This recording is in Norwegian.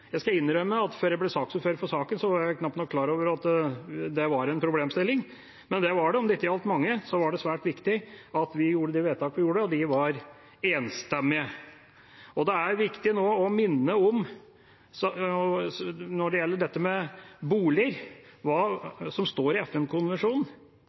Jeg skal innrømme at før jeg ble saksordfører for saken, var jeg knapt nok klar over at dette var en problemstilling, men det var det. Om det ikke gjaldt mange, så var det svært viktig at vi gjorde de vedtakene vi gjorde, og de var enstemmige. Og når det gjelder boliger, er det viktig å minne om det som står i FN-konvensjonen: «at mennesker med nedsatt funksjonsevne har anledning til å velge bosted, og